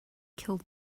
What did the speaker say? killed